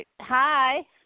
Hi